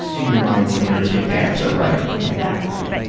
in your mind when you're a kid dads are right. exactly.